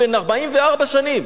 בן 44 שנים.